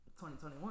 2021